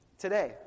Today